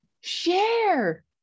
share